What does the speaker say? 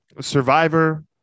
Survivor